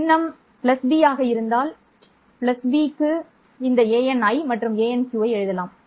சின்னம் b ஆக இருந்தால் b க்கு இந்த anI மற்றும் anQ ஐ எழுதலாம்